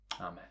Amen